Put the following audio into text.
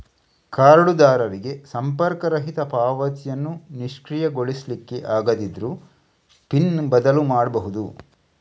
ಕಾರ್ಡುದಾರರಿಗೆ ಸಂಪರ್ಕರಹಿತ ಪಾವತಿಯನ್ನ ನಿಷ್ಕ್ರಿಯಗೊಳಿಸ್ಲಿಕ್ಕೆ ಆಗದಿದ್ರೂ ಪಿನ್ ಬದಲು ಮಾಡ್ಬಹುದು